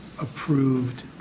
approved